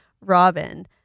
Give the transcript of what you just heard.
Robin